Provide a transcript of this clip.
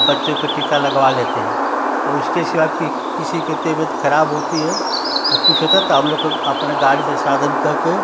बच्चों के टीका लगवा लेते हैं और उसके सिवाय कि किसी के तबियत खराब होती है या कुछ होता है तो हम लोग के अपने गाड़ी से साधन करके